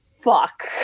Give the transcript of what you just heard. fuck